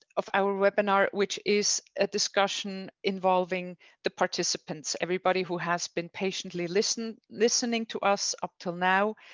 of our webinar, which is a discussion involving the participants, everybody who has been patiently listening, listening to us up till now.